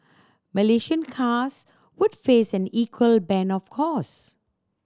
Malaysian cars would face an equal ban of course